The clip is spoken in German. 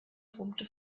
brummte